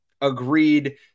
agreed